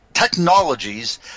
technologies